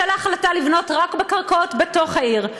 בשל ההחלטה לבנות רק בקרקעות בתוך העיר.